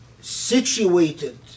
situated